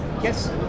Yes